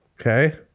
Okay